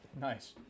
Nice